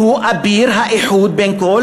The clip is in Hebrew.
שהוא אביר האיחוד בין כל